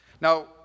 Now